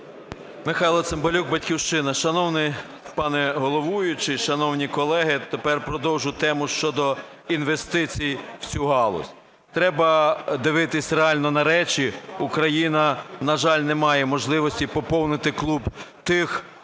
Михайло Цимбалюк, "Батьківщина". Шановний пане головуючий, шановні колеги, тепер продовжу тему щодо інвестицій в цю галузь. Треба дивитися реально на речі, Україна, на жаль, не має можливості поповнити клуб тих